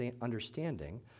understanding